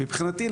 מבחינתי,